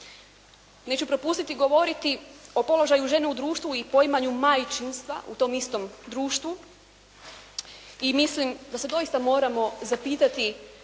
Neću propustiti govoriti o položaju žena u društvu i poimanju majčinstva u tom istom društvu i mislim da se doista moramo zapitati